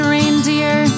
Reindeer